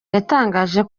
yatangaje